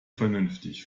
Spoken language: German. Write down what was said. vernünftig